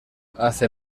hace